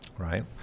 Right